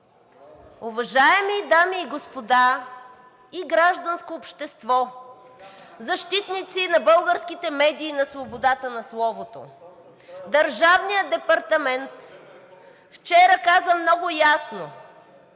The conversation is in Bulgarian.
Уважаеми дами и господа и гражданско общество, защитници на българските медии, на свободата на словото! Държавният департамент вчера каза много ясно: